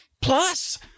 Plus